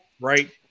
right